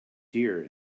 dear